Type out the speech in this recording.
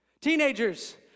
Teenagers